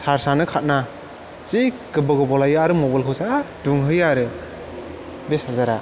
charge आनो खाना जि गोबाव गोबाव लायो आरो मबाइल खौ जा दुंहोयो आरो बे चारजारा